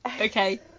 Okay